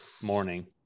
morning